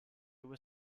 were